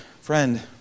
Friend